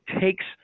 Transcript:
takes